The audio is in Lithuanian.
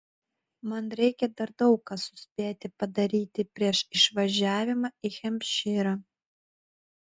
man reikia dar daug ką suspėti padaryti prieš išvažiavimą į hempšyrą